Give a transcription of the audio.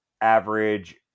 average